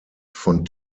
von